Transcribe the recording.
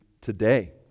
today